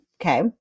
Okay